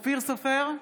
אופיר סופר,